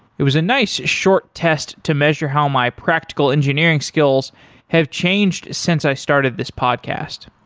it was a nice short test to measure how my practical engineering skills have changed since i started this podcast.